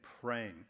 praying